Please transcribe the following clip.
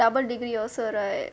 double degree also right